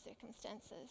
circumstances